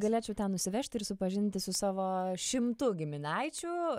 galėčiau ten nusivežti ir supažindinti su savo šimtu giminaičių